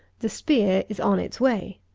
the spear is on its way.